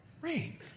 rain